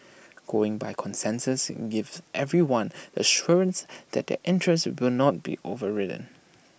going by consensus gives everyone the assurance that their interests will not be overridden